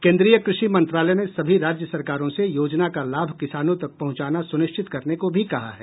केन्द्रीय कृषि मंत्रालय ने सभी राज्य सरकारों से योजना का लाभ किसानों तक पहुंचाना सुनिश्चित करने को भी कहा है